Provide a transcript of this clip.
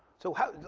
so how,